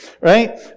Right